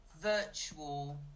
virtual